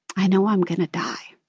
i know i'm going to die